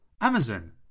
Amazon